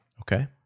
Okay